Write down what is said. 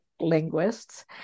linguists